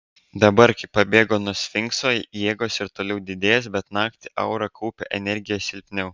dabar kai pabėgo nuo sfinkso jėgos ir toliau didės bet naktį aura kaupia energiją silpniau